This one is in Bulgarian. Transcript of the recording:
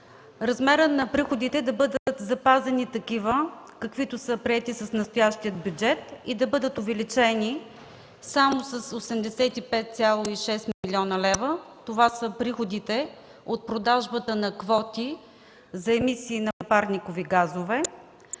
размерът на приходите да бъде запазен такъв, какъвто е приет с настоящия бюджет, и да бъде увеличен само с 85,6 млн. лв. – приходите от продажбата на квоти за емисии на парникови газове.